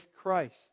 Christ